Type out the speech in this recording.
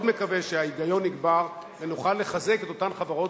שההיגיון יגבר ונוכל לחזק את אותן חברות